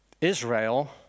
Israel